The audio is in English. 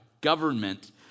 Government